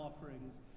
offerings